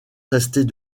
restait